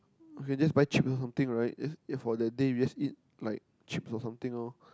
okay just buy chips or something right just for the day we just eat like chips or something loh